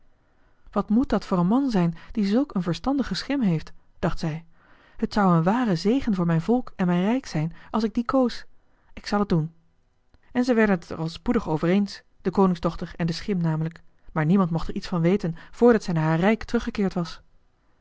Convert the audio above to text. wat moet dat voor een man zijn die zulk een verstandigen schim heeft dacht zij het zou een ware zegen voor mijn volk en mijn rijk zijn als ik dien koos ik zal het doen en zij werden het er al spoedig over eens de koningsdochter en de schim namelijk maar niemand mocht er iets van weten voordat zij naar haar rijk teruggekeerd was